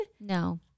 No